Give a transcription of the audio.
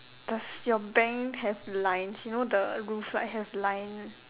does your bank have lines you know the roof like have line